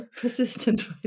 Persistent